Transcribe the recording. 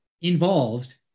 involved